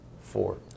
Four